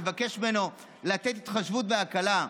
מבקש ממנו התחשבות והקלה,